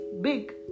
big